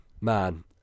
man